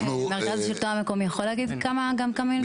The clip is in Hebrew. מרכז השלטון המקומי יכול להגיד גם כמה מילים?